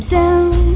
down